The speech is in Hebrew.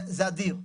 זה אדיר.